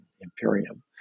imperium